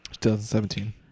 2017